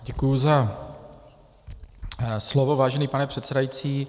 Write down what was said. Děkuji za slovo, vážený pane předsedající.